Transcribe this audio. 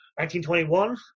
1921